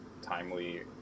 timely